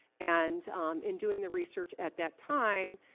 and in doing the research at that time,